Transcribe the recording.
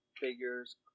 figures